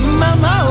mama